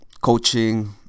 coaching